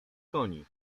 koni